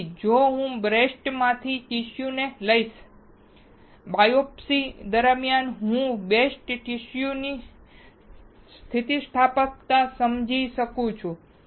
તેથી જો હું બ્રેસ્ટમાંથી ટીસ્યુઓને લઈશ બાયોપ્સી દરમિયાન તો હું બ્રેસ્ટ ટીસ્યુઓની સ્થિતિસ્થાપકતા ને સમજી શકું છું